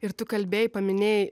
ir tu kalbėjai paminėjai